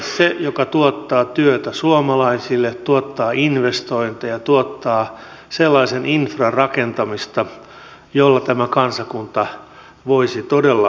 se joka tuottaa työtä suomalaisille tuottaa investointeja tuottaa sellaista infrarakentamista jolla tämä kansakunta voisi todella päästä nousuun